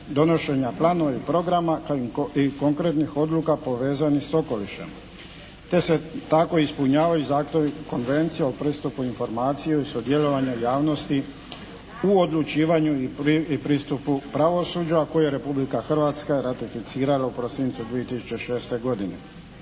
donošenja planova i programa i konkretnih odluka povezanih sa okolišem te se tako ispunjavaju zahtjevi Konvencija o pristupu informacijama i sudjelovanja javnosti u odlučivanju i pristupu pravosuđa koje je Republika Hrvatska ratificirala u prosincu 2006. godine.